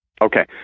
okay